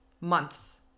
months